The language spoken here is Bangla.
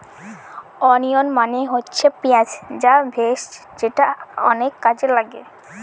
ওনিয়ন মানে হচ্ছে পেঁয়াজ যে ভেষজ যেটা অনেক কাজে লাগে